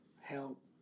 help